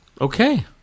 Okay